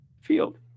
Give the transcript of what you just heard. Field